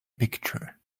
picture